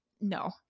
No